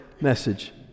message